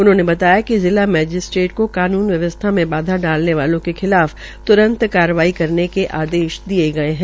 उन्होंने बताया कि जिला मैजिस्ट्रेट को कानून व्यवसथा में बाधा डालने वालों के खिलाफ तुंरत कार्रवाई करने का आदेश दिये गये है